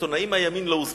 עיתונאים מהימין לא הוזמנו.